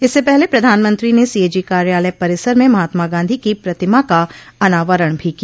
इससे पहले प्रधानमंत्री ने सीएजी कार्यालय परिसर में महात्मा गांधी की प्रतिमा का अनावरण भी किया